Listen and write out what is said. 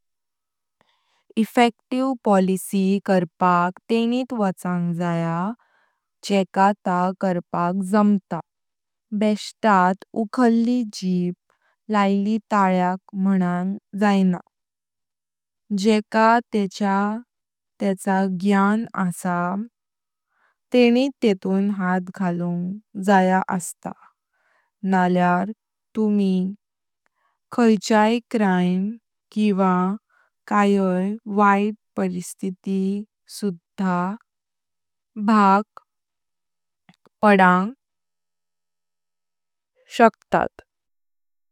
Effective policy करपाक तेंत वचांग जया जेका ता करपाक जमता बेश्तात उखाल्की जिब लैली तालयक मनान जाएना। जेका तेंच्या ज्ञान असां तेंत तेतुन हांथ घाकुंग जया असता। नाल्यार तुमी खायच्याई क्राइम किवा कायक वैत परिस्तिती सुधाक भाग पडपाक शक्तात।